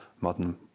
modern